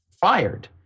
fired